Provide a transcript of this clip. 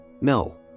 No